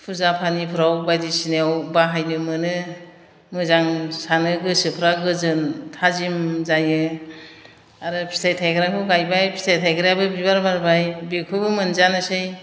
फुजा फानिफ्राव बायदिसिनायाव बाहायनो मोनो मोजां सानो गोसोफ्रा गोजोन थाजिम जायो आरो फिथाइ थायग्राखौ गायबाय फिथाइ थायग्रायाबो बिबार बारबाय बेखौबो मोनजानोसै